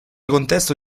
contesto